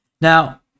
Now